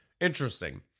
interesting